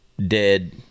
dead